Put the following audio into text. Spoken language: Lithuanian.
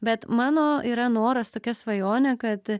bet mano yra noras tokia svajonė kad